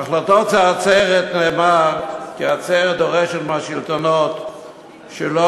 בהחלטות העצרת נאמר כי העצרת דורשת מהשלטונות שלא